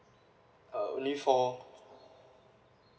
uh only four